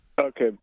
Okay